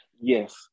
Yes